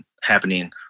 happening